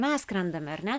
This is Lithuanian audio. mes skrendame ar ne